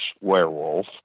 werewolf